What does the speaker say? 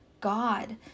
God